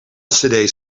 lcd